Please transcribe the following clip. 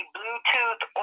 Bluetooth